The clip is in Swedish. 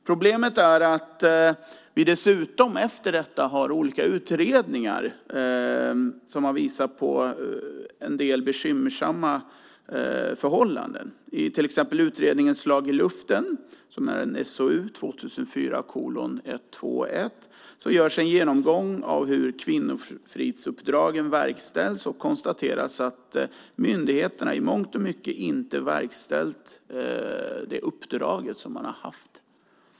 Problemet är att olika utredningar efter detta visat på en del bekymmersamma förhållanden. I till exempel utredningen Slag i luften görs en genomgång av hur kvinnofridsuppdragen verkställs och konstateras att myndigheterna i mångt och mycket inte verkställt det uppdrag som de haft.